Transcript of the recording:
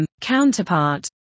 counterpart